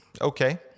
Okay